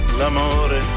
l'amore